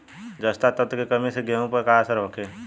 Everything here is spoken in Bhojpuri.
जस्ता तत्व के कमी से गेंहू पर का असर होखे?